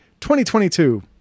2022